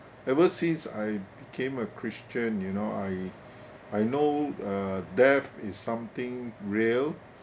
ever since I became a christian you know I I know uh death is something real